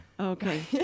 okay